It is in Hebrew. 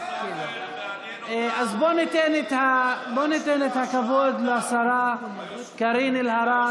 --- אז בואו ניתן את הכבוד לשרה קארין אלהרר.